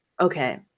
Okay